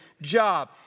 job